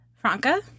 Franca